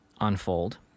unfold